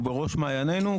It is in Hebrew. הוא בראש מעיינינו.